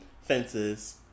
Fences